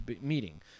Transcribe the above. meeting